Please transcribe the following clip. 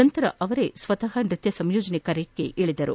ನಂತರ ಅವರು ಸ್ವತಃ ನೃತ್ಯ ಸಂಯೋಜನೆ ಕಾರ್ಯಕ್ಕೆ ಇಳಿದರು